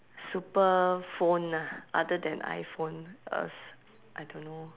super phone ah other than iphone uh I don't know